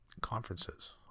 conferences